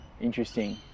Interesting